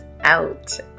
out